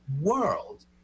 world